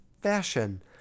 fashion